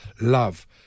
love